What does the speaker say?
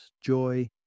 joy